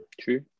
true